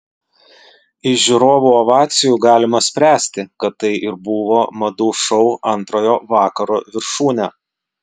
iš žiūrovų ovacijų galima spręsti kad tai ir buvo madų šou antrojo vakaro viršūnė